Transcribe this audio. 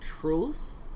truth